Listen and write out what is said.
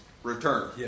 Return